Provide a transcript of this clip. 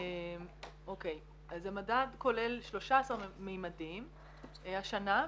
אז המדד כולל 13 מימדים השנה,